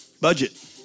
Budget